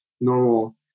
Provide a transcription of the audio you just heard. normal